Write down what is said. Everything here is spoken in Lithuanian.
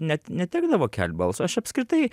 net netekdavo kelt balso aš apskritai